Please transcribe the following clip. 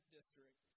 District